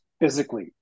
physically